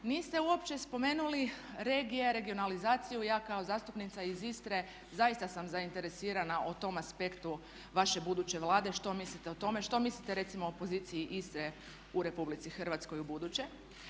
Niste uopće spomenuli regije, regionalizaciju. Ja kao zastupnica iz Istre zaista sam zainteresirana o tom aspektu vaše buduće Vlade što mislite o tome. Što mislite recimo o poziciji Istre u Republici Hrvatskoj ubuduće.